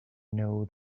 know